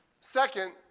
second